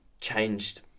changed